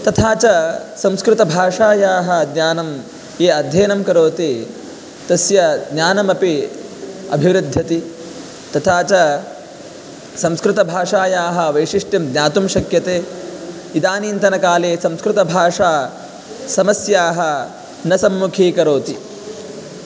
तथा च संस्कृतभाषायाः ज्ञानं ये अध्ययनं करोति तस्य ज्ञानमपि अभिवृद्ध्यति तथा च संस्कृतभाषायाः वैशिष्ट्यं ज्ञातुं शक्यते इदानींतनकाले संस्कृतभाषा समस्याः न सम्मुखीकरोति